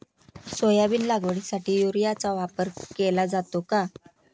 Soybean लागवडीसाठी युरियाचा वापर केला जातो का?